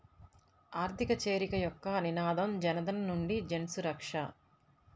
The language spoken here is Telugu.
ఆర్థిక చేరిక యొక్క నినాదం జనధన్ నుండి జన్సురక్ష